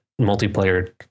multiplayer